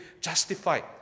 justified